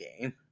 game